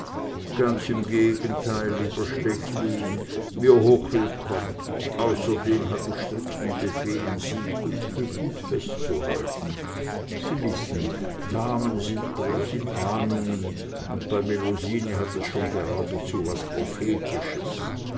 ganz im gegenteil lieber stechlin mir hochwillkommen außerdem hab ich strikten befehl sie cote que cote festzuhalten sie wissen damen sind groß in ahnungen und bei melusine hat es schon geradezu was prophetisches